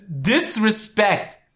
disrespect